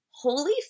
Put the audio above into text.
Holy